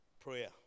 Prayer